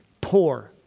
poor